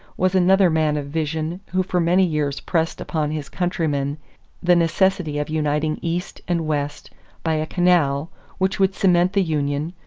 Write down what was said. was another man of vision who for many years pressed upon his countrymen the necessity of uniting east and west by a canal which would cement the union,